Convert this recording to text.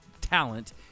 talent